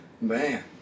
Man